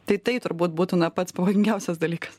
tai tai turbūt būtų na pats pavojingiausias dalykas